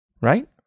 Right